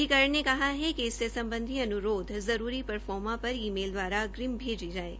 अधिकरण ने कहा कि इससे सम्बधी अन्रोध जरूरी प्रोफार्मो पर ई मेल दवारा अग्रिम भेजी जाये